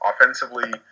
Offensively